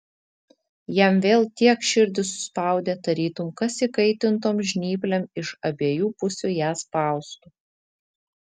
jam vėl tiek širdį suspaudė tarytum kas įkaitintom žnyplėm iš abiejų pusių ją spaustų